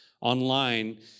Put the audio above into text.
online